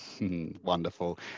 Wonderful